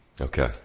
Okay